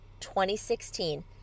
2016